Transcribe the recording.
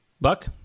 Buck